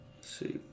See